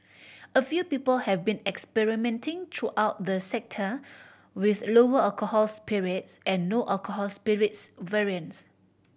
a few people have been experimenting throughout the sector with lower alcohol spirits and no alcohol spirits variants